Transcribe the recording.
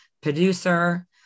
producer